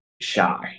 shy